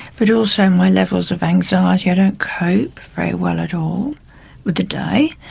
but also my levels of anxiety, i don't cope very well at all with the day.